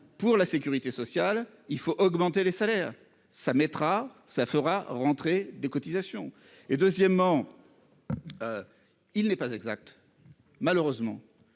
pour la sécurité sociale, il faut augmenter les salaires, ça mettra ça fera rentrer des cotisations et deuxièmement. Il n'est pas exact. Malheureusement.